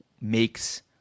makes